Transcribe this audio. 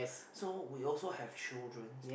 so we also have children